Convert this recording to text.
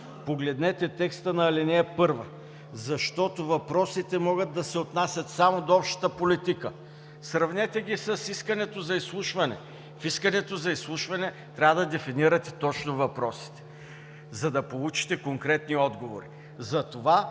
Погледнете текста на ал. 1: въпросите могат да се отнасят само до общата политика. Сравнете ги с искането за изслушване. В него трябва да дефинирате точно въпросите, за да получите конкретни отговори.